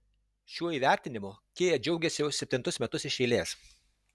šiuo įvertinimu kia džiaugiasi jau septintus metus iš eilės